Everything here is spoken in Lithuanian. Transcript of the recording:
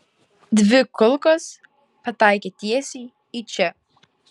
dvi kulkos pataikė tiesiai į čia